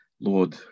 Lord